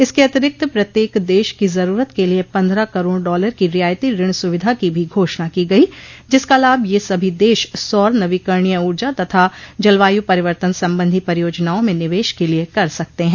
इसके अतिरिक्त प्रत्येक देश की जरुरत के लिए पन्द्रह करोड़ डॉलर की रियायती ऋण सुविधा की भी घोषणा की गइ जिसका लाभ यह सभी देश सौर नवोकरणीय ऊर्जा तथा जलवायु परिवर्तन संबंधी परियोजनाओं में निवेश के लिए कर सकते हैं